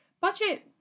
budget